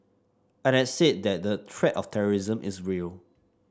I had said that the threat of terrorism is real